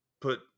put